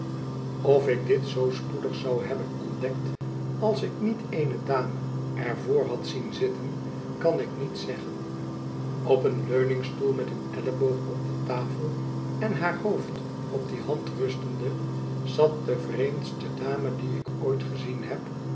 of ik dit zoo spoedig zou hebben ontdekt als ik niet eene dame er voor had zien zitten kan ik niet zeggen op een leuningstoel met een elleboog op de tafel en haar hoofd op die hand rustende zat de vreemdste darne die ik ooit gezien heb